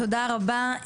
תודה רבה.